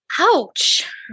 Ouch